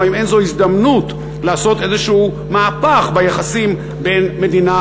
אם אין זו הזדמנות לעשות איזשהו מהפך ביחסים בין מדינה